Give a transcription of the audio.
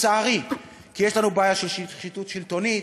לצערי, כי יש לנו בעיה של שחיתות שלטונית